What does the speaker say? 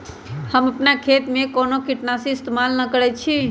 हम अपन खेत में कोनो किटनाशी इस्तमाल न करई छी